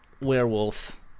werewolf